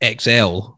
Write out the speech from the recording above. XL